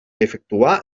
efectuar